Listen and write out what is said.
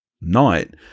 night